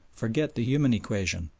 forget the human equation,